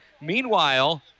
Meanwhile